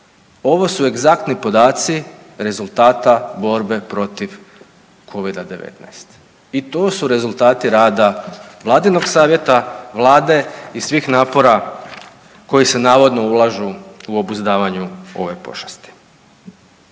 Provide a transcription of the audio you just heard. Ovo su egzaktni podaci rezultata borbe protiv covida-10 i to su rezultati rada vladinog savjeta, vlade i svih napora koji se navodno ulažu u obuzdavanju ove pošasti.